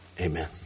Amen